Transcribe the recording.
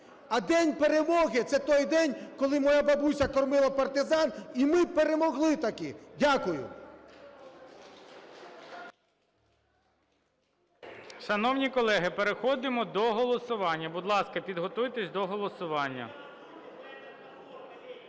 А День Перемоги – це той день, коли моя бабуся кормила партизан і ми перемогли таки. Дякую.